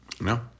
No